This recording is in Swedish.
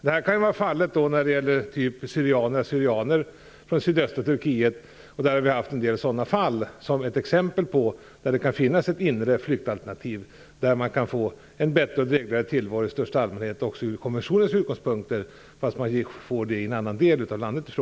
Detta kan vara fallet när det gäller t.ex. syrianer från sydöstra Turkiet, där det har funnits en del sådana fall där det kan finnas ett inre flyktalternativ med en bättre och drägligare tillvara i största allmänhet också från konventionens utgångspunkter.